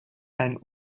ein